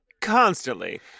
constantly